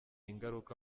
ingaruka